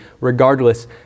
Regardless